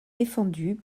défendue